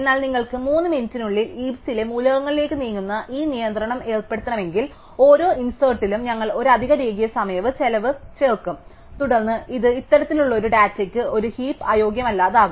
എന്നാൽ നിങ്ങൾക്ക് 3 മിനിറ്റിനുള്ളിൽ ഹീപ്സിലെ മൂലകങ്ങളിലേക്ക് നീങ്ങുന്ന ഈ നിയന്ത്രണം ഏർപ്പെടുത്തണമെങ്കിൽ ഓരോ ഇൻസെർട്ടിലും ഞങ്ങൾ ഒരു അധിക രേഖീയ സമയ ചെലവ് ചേർക്കും തുടർന്ന് ഇത് ഇത്തരത്തിലുള്ള ഡാറ്റയ്ക്ക് ഒരു ഹീപ് അയോഗ്യമല്ലാതാക്കും